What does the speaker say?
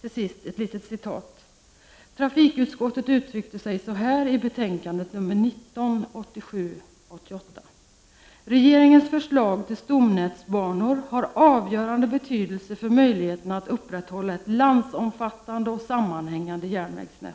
Till sist skall jag citera trafikutskottet, som i betänkande nr 19 från 1987/88 uttryckte sig så här: ”Regeringens förslag till stomnätbanor har avgörande betydelse för möjligheten att upprätthålla ett landsomfattande och sammanhängande järnvägsnät.”